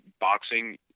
boxing